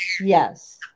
Yes